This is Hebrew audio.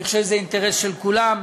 אני חושב שזה אינטרס של כולם.